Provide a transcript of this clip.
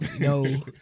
no